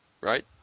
right